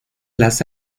las